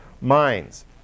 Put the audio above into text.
minds